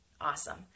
Awesome